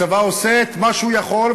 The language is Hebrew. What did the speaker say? הצבא עושה את מה שהוא יכול,